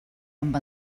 amb